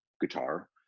guitar